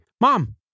mom